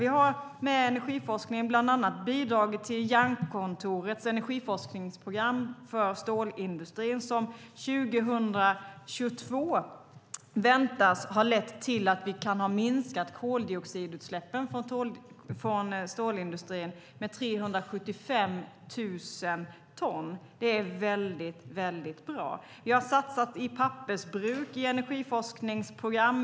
Vi har med energiforskningen bland annat bidragit till Jernkontorets energiforskningsprogram för stålindustrin som 2022 väntas ha lett till att vi kan ha minskat koldioxidutsläppen från stålindustrin med 375 000 ton. Det är väldigt bra. Vi har satsat i pappersbruk, i energiforskningsprogram.